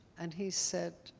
and he said,